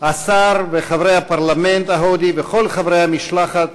השר וחברי הפרלמנט ההודי וכל חברי המשלחת